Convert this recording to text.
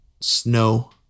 snow